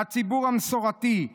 הציבור המסורתי,